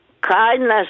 kindness